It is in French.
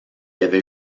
avait